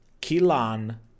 Kilan